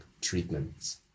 treatments